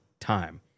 time